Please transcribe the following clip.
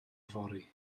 fory